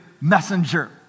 messenger